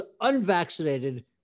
unvaccinated